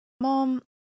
mom